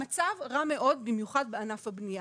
המצב רע מאד במיוחד בענף הבנייה,